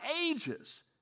ages